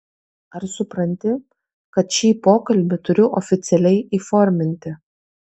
ar supranti kad šį pokalbį turiu oficialiai įforminti